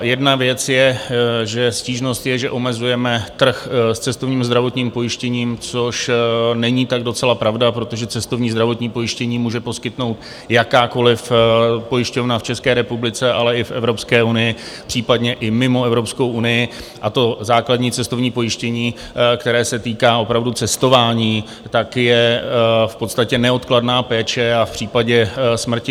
Jedna věc je, že stížnost je, že omezujeme trh s cestovním zdravotním pojištěním, což není tak docela pravda, protože cestovní zdravotní pojištění může poskytnout jakákoliv pojišťovna v České republice, ale i v Evropské unii, případně i mimo Evropskou unii, a to základní cestovní pojištění, které se týká opravdu cestování, tak je v podstatě neodkladná péče a v případě smrti repatriace.